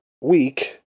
week